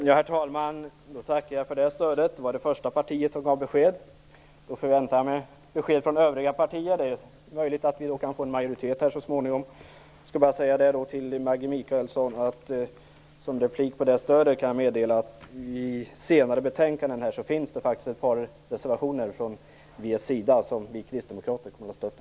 Herr talman! Jag tackar för det stödet. Vänsterpartiet var det första parti som gav besked. Nu förväntar jag mig besked från övriga partier. Det är möjligt att vi så småningom kan få en majoritet. Jag kan som svar på detta stöd meddela Maggi Mikaelsson att det i senare betänkanden faktiskt finns ett par reservationer från Vänsterns sida som vi kristdemokrater kommer att stödja.